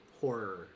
horror